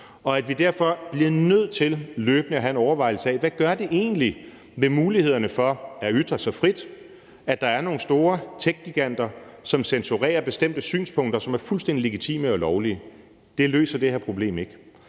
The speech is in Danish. og at vi derfor bliver nødt til løbende at have en overvejelse af, hvad det egentlig gør ved mulighederne for at ytre sig frit, at der er nogle store techgiganter, som censurerer bestemte synspunkter, som er fuldstændig legitime og lovlige. Det løser det her forslag ikke.